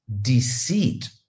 deceit